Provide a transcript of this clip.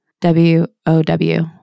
W-O-W